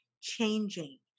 changing